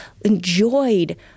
enjoyed